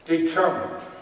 Determined